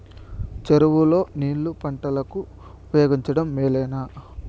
చెరువు లో నీళ్లు పంటలకు ఉపయోగించడం మేలేనా?